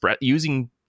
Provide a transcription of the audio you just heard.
using